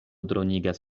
dronigas